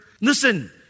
Listen